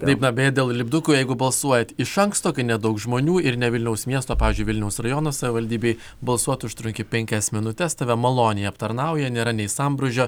taip beje dėl lipdukų jeigu balsuojat iš ankstoir nedaug žmonių ir ne vilniaus miesto pavyzdžiui vilniaus rajono savivaldybėj balsuot užtrunki penkias minutes tave maloniai aptarnauja nėra nei sambrūzdžio